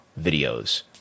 videos